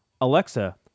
Alexa